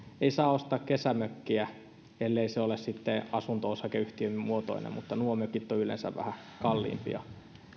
ei saa ostaa kesämökkiä ellei se ole sitten asunto osakeyhtiön muotoinen mutta nuo mökit ovat yleensä vähän kalliimpia